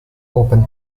open